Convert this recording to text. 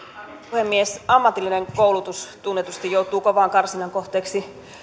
puhemies ammatillinen koulutus tunnetusti joutuu kovan karsinnan kohteeksi